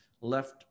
left